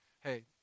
hey